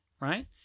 Right